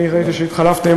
ראיתי שהתחלפתם,